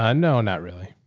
ah no, not really.